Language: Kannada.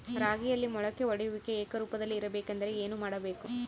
ರಾಗಿಯಲ್ಲಿ ಮೊಳಕೆ ಒಡೆಯುವಿಕೆ ಏಕರೂಪದಲ್ಲಿ ಇರಬೇಕೆಂದರೆ ಏನು ಮಾಡಬೇಕು?